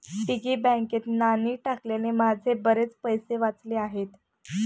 piggy बँकेत नाणी टाकल्याने माझे बरेच पैसे वाचले आहेत